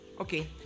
okay